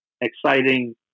exciting